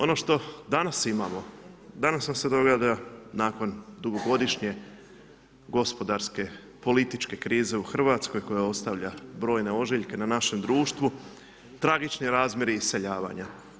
Ono što danas imamo, danas nam se događa, nakon dugogodišnje gospodarske, političke krize u Hrvatskoj koja ostavlja brojne ožiljke na našem društvu, tragični razmjeri iseljavanja.